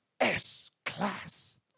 S-Class